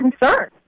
concern